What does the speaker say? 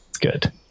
good